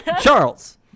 Charles